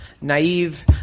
naive